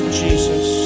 jesus